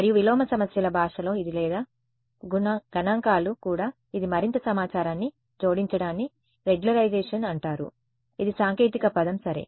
మరియు విలోమ సమస్యల భాషలో ఇది లేదా గణాంకాలు కూడా ఇది మరింత సమాచారాన్ని జోడించడాన్ని రెగ్యులరైజేషన్ అంటారు ఇది సాంకేతిక పదం సరే